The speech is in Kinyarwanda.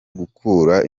gukura